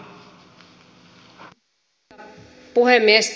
arvoisa puhemies